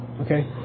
Okay